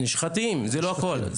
נשחטים, זה לא הכול.